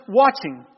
watching